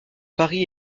paris